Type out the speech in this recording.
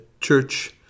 church